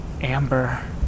Amber